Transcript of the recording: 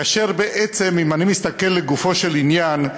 כאשר אם אני מסתכל לגופו של עניין,